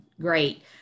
great